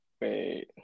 wait